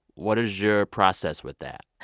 what is your process with that?